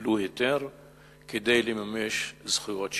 קיבלו היתר כדי לממש זכויות שכאלה.